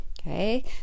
Okay